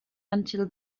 until